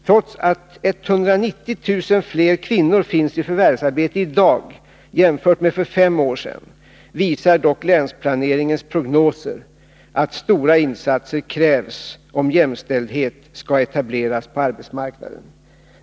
Trots att 190 000 fler kvinnor finns i förvärvsarbete i dag än för fem år sedan visar dock länsplaneringens prognoser att stora insatser krävs, om jämställdhet skall etableras på arbetsmarknaden.